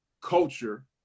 culture